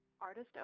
Artist